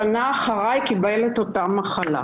שנה אחריי קיבל את אותה מחלה.